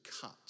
cut